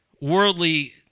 worldly